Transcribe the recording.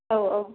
औ औ